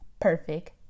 perfect